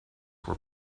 were